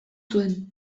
zuen